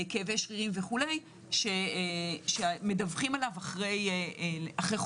כאבי שרירים וכו' שמדווחים עליו אחרי חודשים,